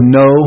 no